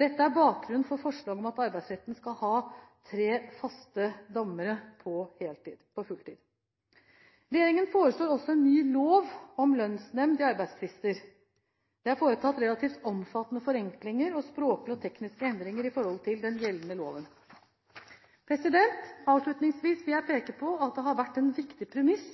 Dette er bakgrunnen for forslaget om at Arbeidsretten skal ha tre fast ansatte dommere på fulltid. Regjeringen foreslår også en ny lov om lønnsnemnd i arbeidstvister. Det er foretatt relativt omfattende forenklinger og språklige og tekniske endringer i forhold til den gjeldende loven. Avslutningsvis vil jeg peke på at det har vært en viktig premiss